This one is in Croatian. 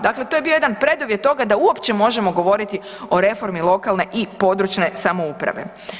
Dakle, to je bio jedan preduvjet toga da uopće možemo govoriti o reformi lokalne i područne samouprave.